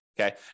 Okay